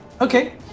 okay